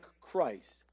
Christ